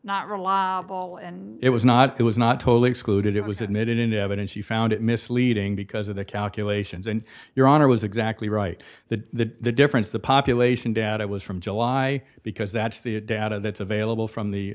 really it was not it was not totally excluded it was admitted into evidence you found it misleading because of the calculations and your honor was exactly right that the difference the population data was from july because that's the data that's available from the